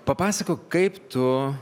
papasakok kaip tu